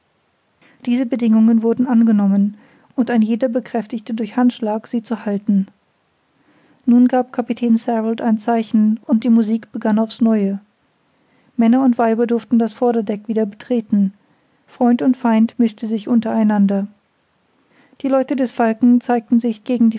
diese bedingungen wurden angenommen und ein jeder bekräftigte durch handschlag sie zu halten nun gab kapitän sarald ein zeichen und die musik begann auf's neue männer und weiber durften das vorderdeck wieder betreten freund und feind mischte sich unter einander die leute des falken zeigten sich gegen die